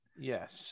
Yes